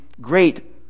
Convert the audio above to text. great